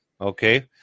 Okay